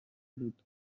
بود